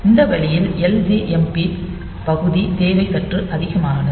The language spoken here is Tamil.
இந்த வழியில் ljmp ன் பகுதி தேவை சற்று அதிகமானது